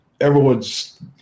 everyone's